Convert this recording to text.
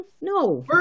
no